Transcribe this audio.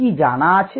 কি জানা আছে